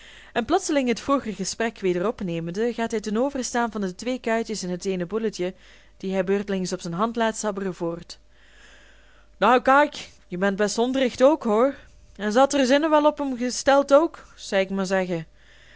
en plotseling het vroeger gesprek weder opnemende gaat hij ten overstaan van de twee kuitjes en het eene bulletje die hij beurtelings op zijn hand laat zabberen voort nou kaik je bent best onderricht ook hoor en ze had er zinnen wel op em steld ook zei ik maar zeggen